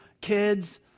kids